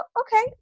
okay